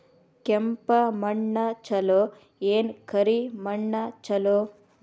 ಕೆಂಪ ಮಣ್ಣ ಛಲೋ ಏನ್ ಕರಿ ಮಣ್ಣ ಛಲೋ?